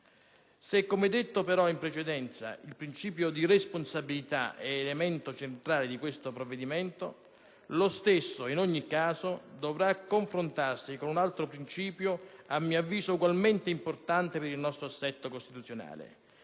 Se, come detto in precedenza, il principio di responsabilità è elemento centrale di questo provvedimento, lo stesso, in ogni caso, dovrà confrontarsi con un altro principio ugualmente importante per il nostro assetto costituzionale: